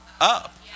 up